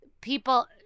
people